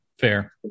Fair